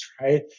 right